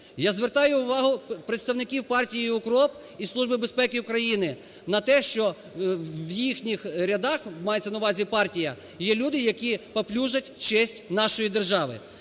Я звертаю увагу представників партії "УКРОП" і Служби безпеки України на те, що в їхніх рядах (мається на увазі партія) є люди, які паплюжать честь нашої держави.